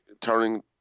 turning